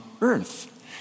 earth